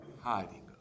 hiding